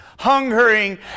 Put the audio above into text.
hungering